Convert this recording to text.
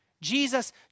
Jesus